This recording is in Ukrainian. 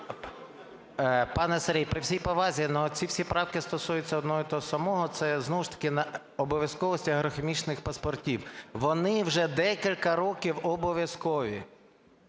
Пане Сергій, при всій повазі, но ці всі правки стосуються одного і того самого, це знову ж таки на обов'язковість агрохімічних паспортів. Вони вже декілька років обов'язкові.